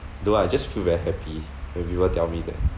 though I just feel very happy everyone tell me that